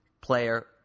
player